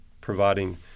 providing